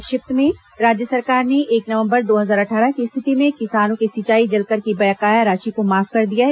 संक्षिप्त समाचार राज्य सरकार ने एक नवम्बर दो हजार अट्ठारह की स्थिति में किसानों के सिंचाई जलकर की बकाया राशि को माफ कर दिया है